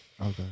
Okay